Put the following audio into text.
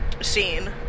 scene